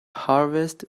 harvest